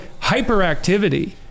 hyperactivity